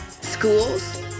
Schools